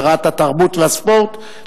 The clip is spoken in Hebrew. שרת התרבות והספורט,